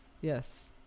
yes